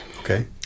Okay